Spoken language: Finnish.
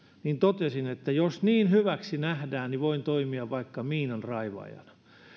niin totesin että jos niin hyväksi nähdään niin voin toimia vaikka miinanraivaajana